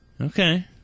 Okay